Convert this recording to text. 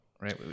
right